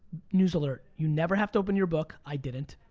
news alert, you never have to open your book, i didn't.